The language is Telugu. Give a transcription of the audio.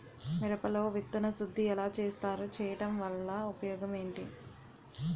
మిరప లో విత్తన శుద్ధి ఎలా చేస్తారు? చేయటం వల్ల ఉపయోగం ఏంటి?